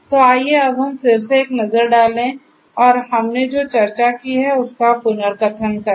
तो आइए अब हम फिर से एक नज़र डालें और हमने जो चर्चा की है उसका पुनर्कथन लें